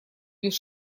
без